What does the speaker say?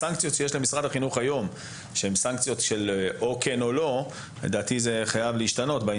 הסנקציות שיש למשרד החינוך שהם סנקציות של כן או לא חייבות להשתנות.